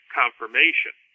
confirmation